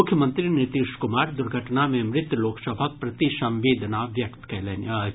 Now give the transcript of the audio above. मुख्यमंत्री नीतीश कुमार दुर्घटना मे मृत लोक सभक प्रति संवेदना व्यक्त कयलनि अछि